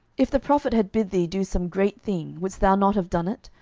if the prophet had bid thee do some great thing, wouldest thou not have done it?